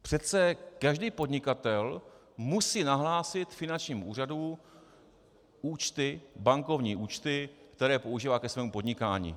Přece každý podnikatel musí nahlásit finančnímu úřadu bankovní účty, které používá ke svému podnikání.